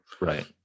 Right